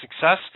success